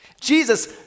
Jesus